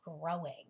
growing